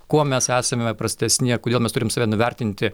kuo mes esame prastesni kodėl mes turim save nuvertinti